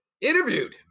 Interviewed